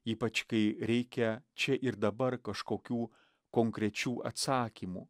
ypač kai reikia čia ir dabar kažkokių konkrečių atsakymų